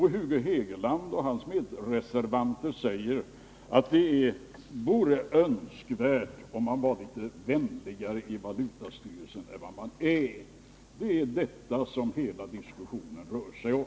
Hugo Hegeland och hans medreservanter säger att det vore önskvärt att man i valutastyrelsen var litet vänligare än vad man f. n. är. Det är alltså detta som hela diskussionen rör sig om.